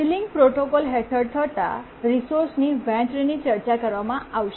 ceiling protocol હેઠળ થતાં resource વહેંચણીની ચર્ચા કરવામાં આવશે